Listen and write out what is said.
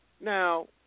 Now